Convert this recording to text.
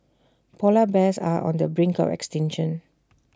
Polar Bears are on the brink of extinction